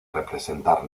representar